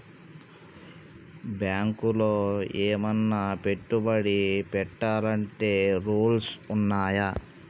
బ్యాంకులో ఏమన్నా పెట్టుబడి పెట్టాలంటే రూల్స్ ఉన్నయా?